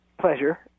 pleasure